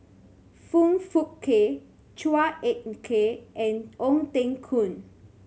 Foong Fook Kay Chua Ek Kay and Ong Teng Koon